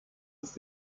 ist